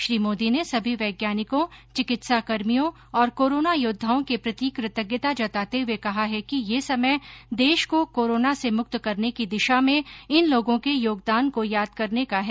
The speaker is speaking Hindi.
श्री मोदी ने सभी वैज्ञानिकों चिकित्साकर्भियों और कोरोना योद्वाओं के प्रति कृतज्ञता जताते हुये कहा है कि यह समय देश को कोरोना से मुक्त करने की दिशा में इन लोगों के योगदान को याद करने का है